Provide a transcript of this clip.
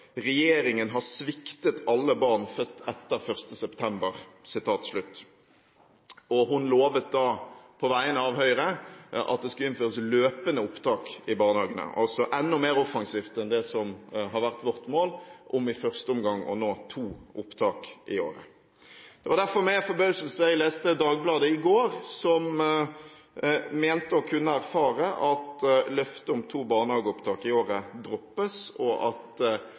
regjeringen «har sviktet alle barn født etter 1. september». Hun lovet da, på vegne av Høyre, at det skulle innføres løpende opptak i barnehagene, altså enda mer offensivt enn det som har vært vårt mål; om i første omgang å nå to opptak i året. Det var derfor med forbauselse jeg leste Dagbladet i går, som mente å kunne erfare at løftet om to barnehageopptak i året droppes, og at